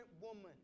woman